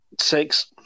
Six